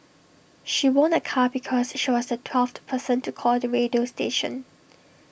she won A car because she was the twelfth person to call the radio station